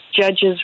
judge's